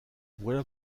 voilà